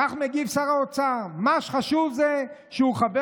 כך מגיב שר האוצר: "מה שחשוב זה שהוא חבר